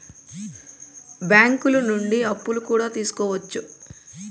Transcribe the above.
బ్యాంకులు నుండి అప్పులు కూడా తీసుకోవచ్చు